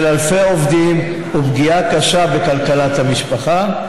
אלפי עובדים ולפגיעה קשה בכלכלת המשפחה,